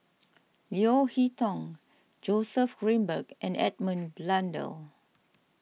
Leo Hee Tong Joseph Grimberg and Edmund Blundell